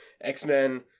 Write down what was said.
X-Men